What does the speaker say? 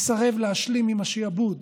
מסרב להשלים עם השעבוד,